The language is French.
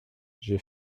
j’ai